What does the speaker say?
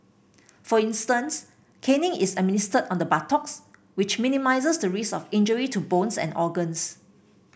for instance caning is administered on the buttocks which minimises the risk of injury to bones and organs